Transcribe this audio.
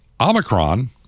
Omicron